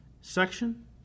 section